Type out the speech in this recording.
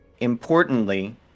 Importantly